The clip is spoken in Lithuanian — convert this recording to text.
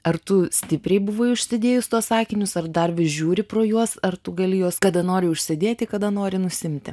ar tu stipriai buvai užsidėjus tuos akinius ar dar vis žiūri pro juos ar tu gali juos kada nori užsidėti kada nori nusiimti